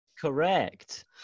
Correct